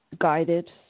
guided